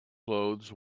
clothes